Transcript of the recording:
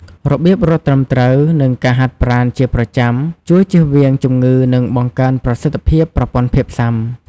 របៀបរត់ត្រឹមត្រូវ និងការហាត់ប្រាណជាប្រចាំជួយជៀសវាងជំងឺ និងបង្កើនប្រសិទ្ធភាពប្រព័ន្ធភាពសុាំ។